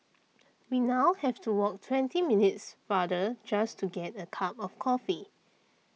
we now have to walk twenty minutes farther just to get a cup of coffee